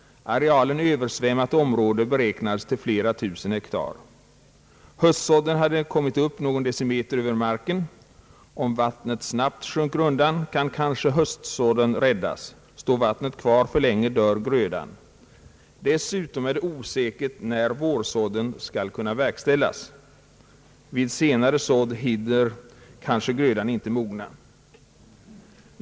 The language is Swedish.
Arealen översvämmat område beräknades till flera tusen hektar. Höstsådden hade kommit upp någon decimeter över marken. Om vattnet snabbt sjunker undan, kan kanske höstsådden räddas; står vattnet kvar för länge, dör grödan. Dessutom är det osäkert när vårsådden skall kunna verkställas. Vid senare sådd hinner kanske grödan inte mogna.